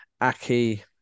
Aki